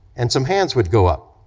and some hands would go up.